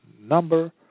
number